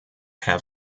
have